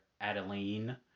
Adeline